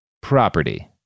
Property